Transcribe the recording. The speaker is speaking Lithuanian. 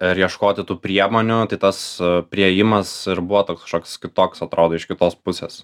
ir ieškoti tų priemonių tai tas priėjimas ir buvo toks kažkoks kitoks atrodo iš kitos pusės